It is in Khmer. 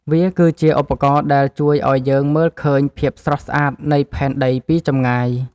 វាគឺជាឧបករណ៍ដែលជួយឱ្យយើងមើលឃើញភាពស្រស់ស្អាតនៃផែនដីពីចម្ងាយ។